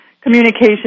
communication